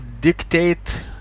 dictate